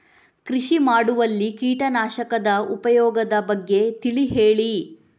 ಕೃಷಿ ಮಾಡುವಲ್ಲಿ ಕೀಟನಾಶಕದ ಉಪಯೋಗದ ಬಗ್ಗೆ ತಿಳಿ ಹೇಳಿ